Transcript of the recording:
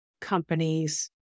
companies